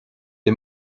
est